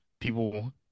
people